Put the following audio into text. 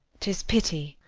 tis pity